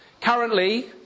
Currently